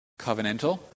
covenantal